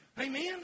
Amen